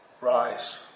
rise